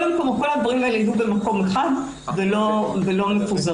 כל הדברים האלה יהיו במקום אחד ולא מפוזרים.